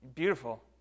Beautiful